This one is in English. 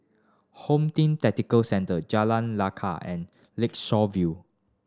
Home Team Tactical Centre Jalan Lekar and Lakeshore View